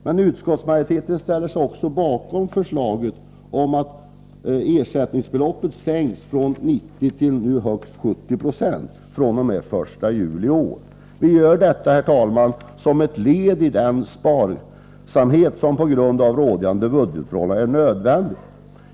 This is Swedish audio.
Men utskottsmajoriteten ställer sig också bakom förslaget om att ersättningsbeloppet sänks från 90 till högst 70 90 fr.o.m. den 1 juli i år. Vi gör detta, herr talman, som ett led i den sparsamhet som på grund av rådande budgetförhållanden är nödvändig.